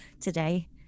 today